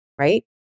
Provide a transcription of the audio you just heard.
Right